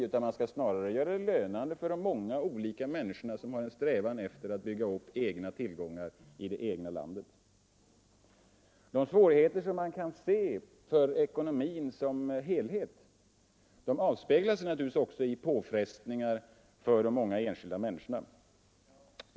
Man skall göra det lönande för de många människor som har en strävan efter att bygga upp egna tillgångar i det egna landet. Svårigheterna för ekonomin som helhet avspeglar sig naturligtvis också i påfrestningar för de många enskilda människorna.